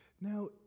Now